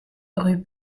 rue